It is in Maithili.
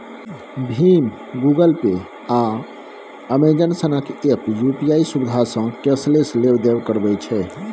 भीम, गुगल पे, आ अमेजन सनक एप्प यु.पी.आइ सुविधासँ कैशलेस लेब देब करबै छै